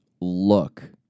look